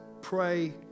pray